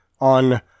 on